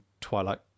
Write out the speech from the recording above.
Twilight